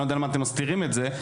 אני לא יודע למה אתם מסתירים את זה.